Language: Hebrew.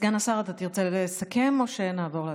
סגן השר, אתה תרצה לסכם או שנעבור להצבעה?